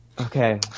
Okay